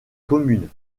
communes